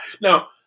Now